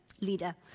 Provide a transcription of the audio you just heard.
leader